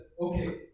okay